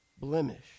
blemish